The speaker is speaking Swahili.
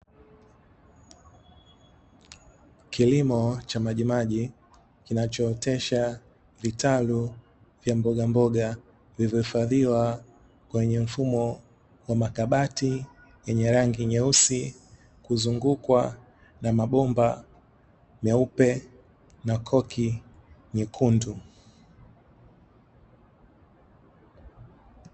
Kilimo cha majimaji kinachootesha vitalu vya mbogamboga, vilivyohifadhiwa kwenye mfumo wa makabati, vyenye rangi nyeusi, huzungukwa na mabomba meupe na koki nyekundu.